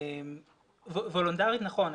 וולונטרית, נכון.